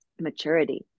maturity